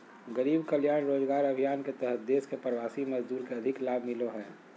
गरीब कल्याण रोजगार अभियान के तहत देश के प्रवासी मजदूर के अधिक लाभ मिलो हय